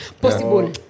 possible